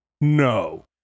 no